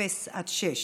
אפס עד שש.